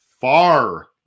far